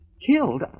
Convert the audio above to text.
Killed